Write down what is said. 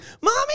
Mommy